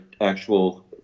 actual